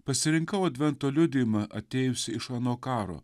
pasirinkau advento liudijimą atėjusį iš ano karo